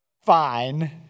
Fine